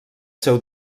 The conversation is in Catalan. seu